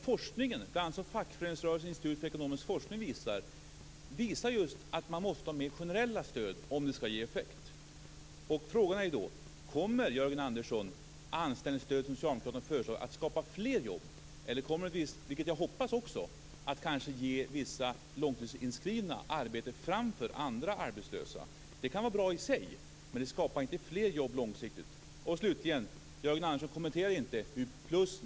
Forskningen, dvs. fackföreningsrörelsen och Institutet för ekonomisk forskning, visar att man måste ha mer generella stöd om det skall ge effekt. Frågan är: Kommer det anställningsstöd som socialdemokraterna föreslår att skapa fler jobb, eller kommer det, vilket jag hoppas, att ge vissa långtidsinskrivna arbete före andra arbetslösa? Det kan vara bra i sig, men det skapar inte fler jobb långsiktigt.